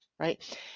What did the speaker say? right